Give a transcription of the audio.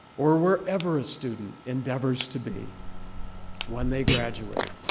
or wherever a student endeavors to be when they graduate.